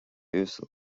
uasail